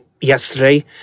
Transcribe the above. yesterday